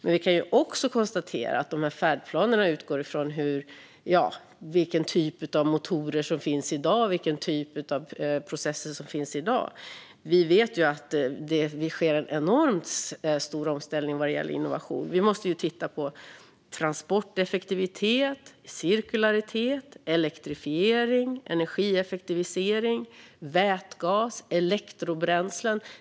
Men vi kan också konstatera att färdplanerna utgår från vilken typ av motorer och processer som finns i dag. Det sker en enormt stor omställning vad gäller innovation. Vi måste titta på transporteffektivitet, cirkularitet, elektrifiering, energieffektivisering, vätgas och elektrobränslen.